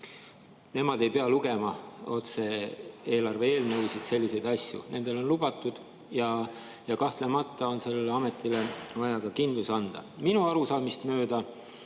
Nemad ei pea lugema eelarve eelnõusid, selliseid asju. Nendele on lubatud, ja kahtlemata on sellele ametile vaja ka kindlus anda. Minu arusaamist mööda